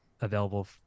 available